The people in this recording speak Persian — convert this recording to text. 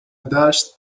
دشت